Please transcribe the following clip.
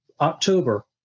October